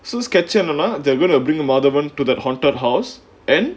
so sketch என்னனா:ennanaa they're going to bring madhavan to that haunted house and